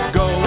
go